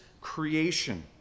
creation